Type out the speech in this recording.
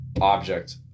object